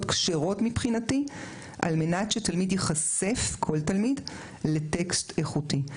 כשרות מבחינתי על מנת שתלמיד ייחשף לטקסט איכותי,